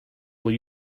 will